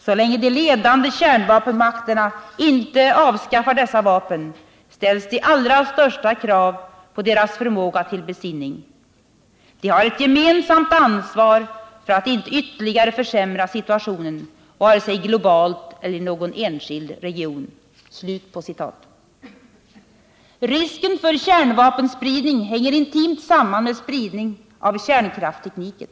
Så länge de ledande kärnvapenmakterna inte avskaffar dessa vapen ställs de allra största krav på deras förmåga till besinning. De har ett gemensamt ansvar för att inte ytterligare försämra situationen vare sig globalt eller i någon enskild region.” Risken för kärnvapenspridning hänger intimt samman med spridning av kärnkraftstekniken.